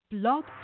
blog